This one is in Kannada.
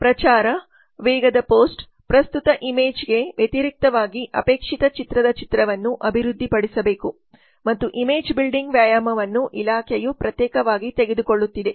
ಪ್ರಚಾರ ವೇಗದ ಪೋಸ್ಟ್ ಪ್ರಸ್ತುತ ಇಮೇಜಕ್ಕೆ ವ್ಯತಿರಿಕ್ತವಾಗಿ ಅಪೇಕ್ಷಿತ ಚಿತ್ರದ ಚಿತ್ರವನ್ನು ಅಭಿವೃದ್ಧಿಪಡಿಸಬೇಕು ಮತ್ತು ಇಮೇಜ್ ಬಿಲ್ಡಿಂಗ್ ವ್ಯಾಯಾಮವನ್ನು ಇಲಾಖೆಯು ಪ್ರತ್ಯೇಕವಾಗಿ ತೆಗೆದುಕೊಳ್ಳುತ್ತಿದೆ